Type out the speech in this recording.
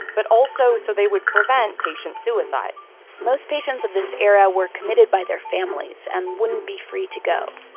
but also so they would prevent patient suicides most patients of this era were committed by their families and wouldn't be free to go,